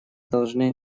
должны